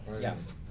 yes